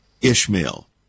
Ishmael